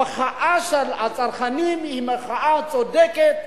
המחאה של הצרכנים היא מחאה צודקת,